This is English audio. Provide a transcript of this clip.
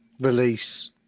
release